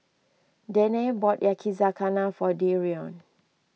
Danae bought Yakizakana for Dereon